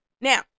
Now